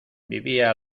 vivía